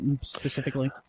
specifically